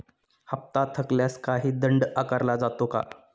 हप्ता थकल्यास काही दंड आकारला जातो का?